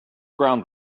ground